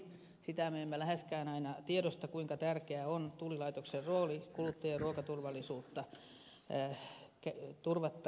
sitä me emme läheskään aina tiedosta kuinka tärkeä on tullilaitoksen rooli kuluttajan ruokaturvallisuutta turvattaessa